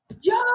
Yo